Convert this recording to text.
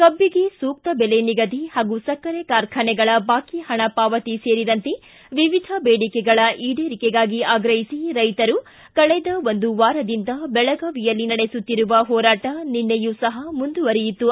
ಕಬ್ಬಿಗೆ ಸೂಕ್ತ ಬೆಲೆ ನಿಗದಿ ಹಾಗೂ ಸಕ್ಕರೆ ಕಾರ್ಖಾನೆಗಳ ಬಾಕಿ ಹಣ ಪಾವತಿ ಸೇರಿದಂತೆ ವಿವಿಧ ದೇಡಿಕೆಗಳ ಈಡೇರಿಕೆಗಾಗಿ ಆಗ್ರಹಿಸಿ ರೈತರು ಕಳೆದ ಒಂದು ವಾರದಿಂದ ಬೆಳಗಾವಿಯಲ್ಲಿ ನಡೆಸುತ್ತಿರುವ ಹೋರಾಟ ನಿನ್ನೆಯೂ ಸಹ ಮುಂದುವರೆಯಿತು